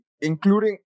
including